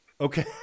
Okay